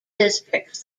districts